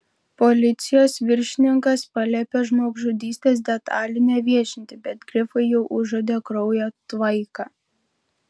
policijos viršininkas paliepė žmogžudystės detalių neviešinti bet grifai jau užuodė kraujo tvaiką